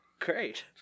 Great